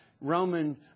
Roman